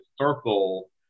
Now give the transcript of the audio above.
circle